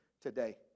today